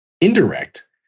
indirect